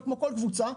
אבל כמו כל קבוצה,